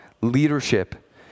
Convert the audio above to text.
leadership